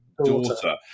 daughter